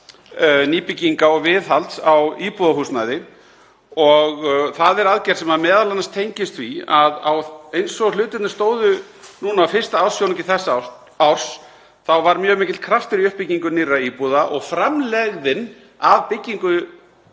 nýbygginga og viðhalds á íbúðarhúsnæði og það er aðgerð sem m.a. tengist því að eins og hlutirnir stóðu núna á fyrsta ársfjórðungi þessa árs þá var mjög mikill kraftur í uppbyggingu nýrra íbúða og framlegðin af byggingu